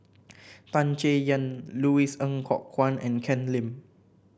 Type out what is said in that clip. Tan Chay Yan Louis Ng Kok Kwang and Ken Lim